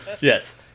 Yes